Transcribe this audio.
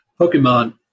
Pokemon